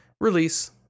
release